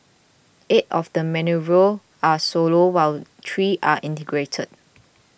eight of the manoeuvres are solo while three are integrated